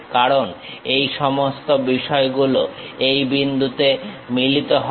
কারণ এই সমস্ত বিষয়গুলো এই বিন্দুতে মিলিত হবে